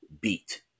beat